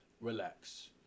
relax